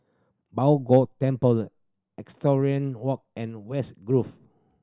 Bao Gong Temple Equestrian Walk and West Grove